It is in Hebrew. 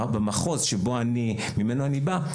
במחוז ממנו אני בא,